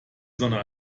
sonne